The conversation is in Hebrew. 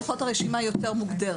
לפחות הרשימה היא יותר מוגדרת.